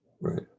right